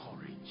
courage